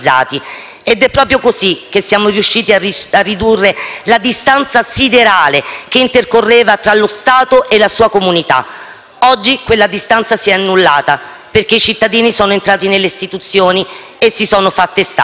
È proprio così che siamo riusciti a ridurre la distanza siderale che intercorreva tra lo Stato e la sua comunità. Oggi quella distanza si è annullata perché i cittadini sono entrati nelle istituzioni e si sono fatti Stato.